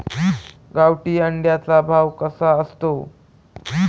गावठी अंड्याचा भाव कसा असतो?